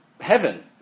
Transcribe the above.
heaven